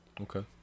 okay